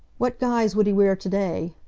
what guise would he wear to-day?